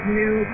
new